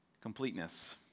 completeness